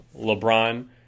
LeBron